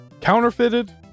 counterfeited